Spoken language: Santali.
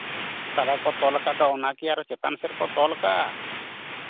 ᱫᱷᱟᱨᱮ ᱠᱚ ᱛᱚᱞᱠᱟᱜ ᱫᱚ ᱚᱱᱟ ᱟᱨᱦᱚᱸ ᱪᱮᱛᱟᱱ ᱥᱮᱫ ᱠᱚ ᱛᱚᱞ ᱠᱟᱜᱼᱟ